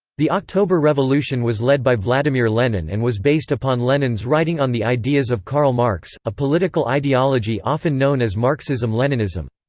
the october revolution was led by vladimir lenin and was based upon lenin's writing on the ideas of karl marx, a political ideology often known as marxism-leninism.